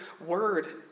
word